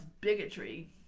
bigotry